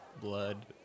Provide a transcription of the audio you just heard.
Blood